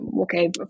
okay